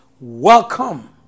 Welcome